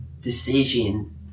Decision